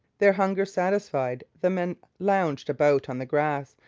their hunger satisfied, the men lounged about on the grass,